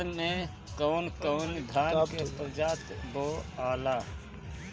उसर मै कवन कवनि धान के प्रजाति बोआला?